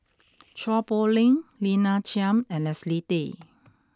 Chua Poh Leng Lina Chiam and Leslie Tay